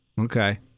Okay